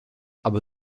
aber